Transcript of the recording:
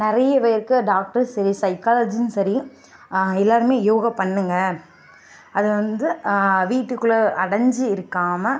நிறைய பேருக்கு டாக்டரும் சரி சைக்காலஜியும் சரி எல்லோருமே யோகா பண்ணுங்க அது வந்து வீட்டுக்குள்ளே அடைஞ்சு இருக்காமல்